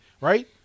right